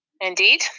indeed